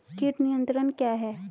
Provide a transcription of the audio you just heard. कीट नियंत्रण क्या है?